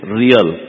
real